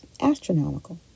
astronomical